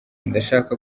ndashaka